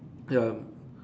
ya